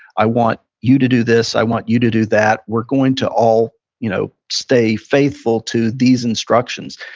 i want you to do this. i want you to do that. we're going to all you know stay faithful to these instructions.